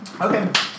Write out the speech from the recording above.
okay